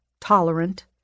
tolerant